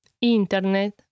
Internet